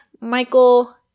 Michael